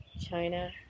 China